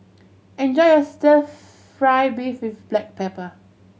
enjoy your Stir Fry beef with black pepper